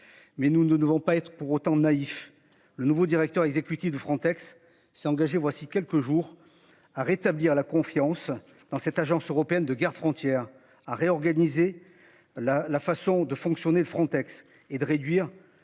Mais nous ne ne vont pas être pour autant naïfs. Le nouveau directeur exécutif de Frontex s'est engagé voici quelques jours à rétablir la confiance dans cette agence européenne de garde-frontières a réorganisé la la façon de fonctionner Frontex et de réduire